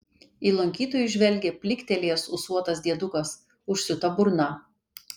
į lankytojus žvelgia pliktelėjęs ūsuotas diedukas užsiūta burna